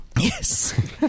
yes